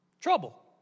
Trouble